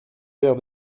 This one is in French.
verre